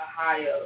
Ohio